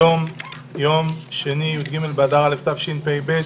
היום יום שני, י"ג באדר א' התשפ"ב.